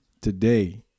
today